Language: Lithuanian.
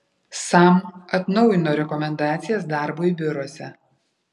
sam atnaujino rekomendacijas darbui biuruose